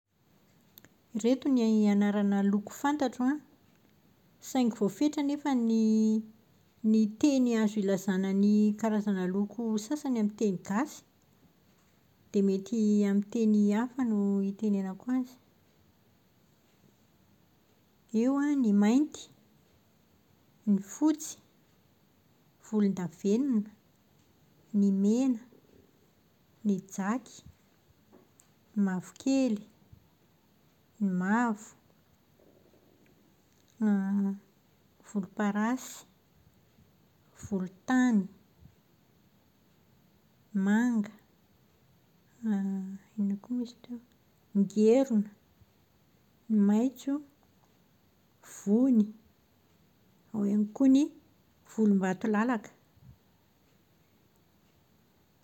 Ireto ny anarana loko fantatro saingy foafetra nefa ny ny teny azo ilazàna karazana loko saany amin'ny teny gasy dia mety amin'ny teny hafa no itenenako azy. Eo an ny mainty, ny fotsy, ny volondavenina, ny mena, ny jaky, ny mavokely, ny mavo, voloparasy, volotany, manga, inona koa moa izy teo, ngerona, ny maitso, vony, ao ihany koa ny volombatolalaka.